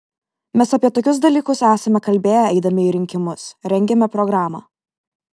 mes apie tokius dalykus esame kalbėję eidami į rinkimus rengėme programą